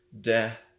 death